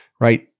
right